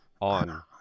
On